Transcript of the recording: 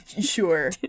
sure